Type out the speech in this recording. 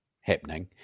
happening